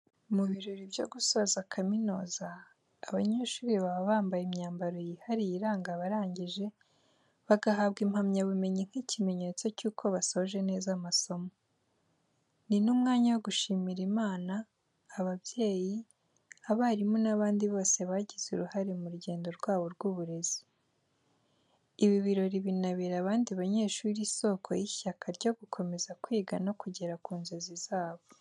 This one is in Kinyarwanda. Mu birori byo gusoza kaminuza, abanyeshuri baba bambaye imyambaro yihariye iranga abarangije, bagahabwa impamyabumenyi nk’ikimenyetso cy’uko basoje neza amasomo. Ni n’umwanya wo gushimira Imana, ababyeyi, abarimu n’abandi bose bagize uruhare mu rugendo rwabo rw’uburezi. Ibi birori binabera abandi banyeshuri isoko y’ishyaka ryo gukomeza kwiga no kugera ku nzozi zabo.